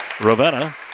Ravenna